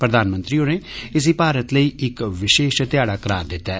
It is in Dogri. प्रधानमंत्री होरें इसी भारत लेई इक विशेष ध्याढ़ा करार दिता ऐ